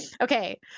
Okay